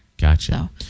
Gotcha